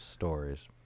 Stories